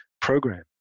program